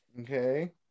Okay